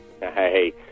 Hey